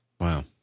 Wow